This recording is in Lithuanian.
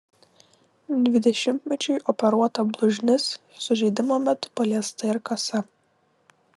dvidešimtmečiui operuota blužnis sužeidimo metu paliesta ir kasa